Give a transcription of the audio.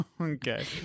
Okay